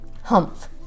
Humph